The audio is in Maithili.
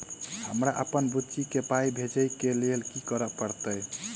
हमरा अप्पन बुची केँ पाई भेजइ केँ लेल की करऽ पड़त?